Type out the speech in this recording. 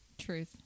Truth